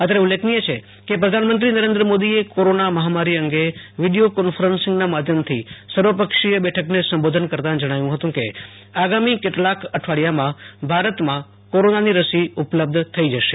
અત્રે ઉલ્લેખનીય છે કે પ્રધાનમંત્રી નરેન્દ્ર મોદીએ કોરોના મહામારી અંગે વીડિયો કોન્ફરન્સિંગનાં માધ્યમથી સર્વ પક્ષીય બેઠકને સંબોધન કરતાં જણાવ્યું હતું કે આગામી કેટલાક અઠવાડિથામાં ભારતમાં કોરોનાની રસી ઉપલબ્ધ થઈ જશે